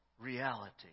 reality